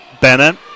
Bennett